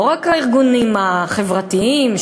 לא רק הארגונים החברתיים,